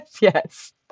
Yes